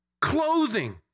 clothing